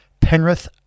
Penrith